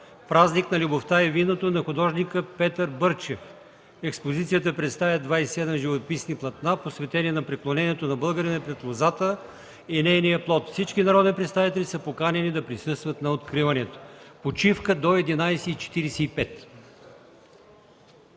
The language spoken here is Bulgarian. „Празник на любовта и виното” на художника Петър Бърчев. Експозицията представя 27 живописни платна, посветени на преклонението на българина пред лозата и нейния плод. Всички народни представители са поканени да присъстват на откриването. Почивка до 11,45